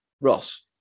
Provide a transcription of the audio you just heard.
Ross